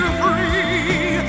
free